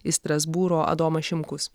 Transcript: iš strasbūro adomas šimkus